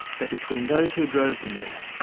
but between those who drove them there.